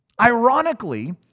Ironically